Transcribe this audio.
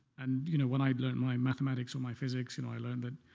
and you know when i learned my mathematics or my physics, and i learned that,